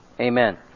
Amen